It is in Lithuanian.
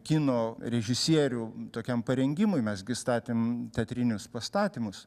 kino režisierių tokiam parengimui mes gi statėm teatrinius pastatymus